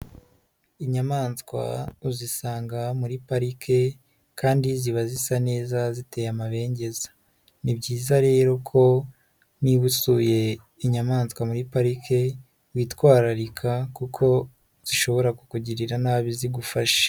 Inyamaswa uzisanga muri parike kandi ziba zisa neza ziteye amabengeza. Ni byiza rero ko niba usuye inyamaswa muri parike, witwararika kuko zishobora kukugirira nabi zigufashe.